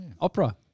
Opera